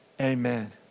Amen